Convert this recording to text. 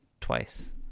twice